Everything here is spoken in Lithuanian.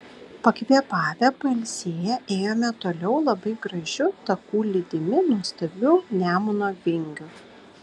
pakvėpavę pailsėję ėjome toliau labai gražiu taku lydimi nuostabių nemuno vingių